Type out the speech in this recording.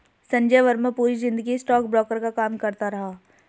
संजय वर्मा पूरी जिंदगी स्टॉकब्रोकर का काम करता रहा